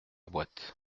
boîte